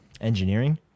engineering